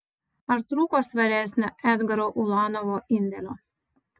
ar trūko svaresnio edgaro ulanovo indėlio